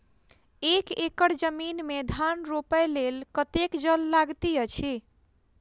एक एकड़ जमीन मे धान रोपय लेल कतेक जल लागति अछि?